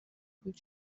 بود